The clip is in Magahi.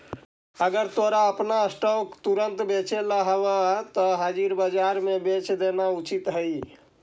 अगर तोरा अपन स्टॉक्स तुरंत बेचेला हवऽ त हाजिर बाजार में बेच देना उचित हइ